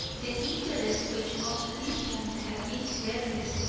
the interest, which up to this moment had been breathless,